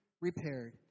repaired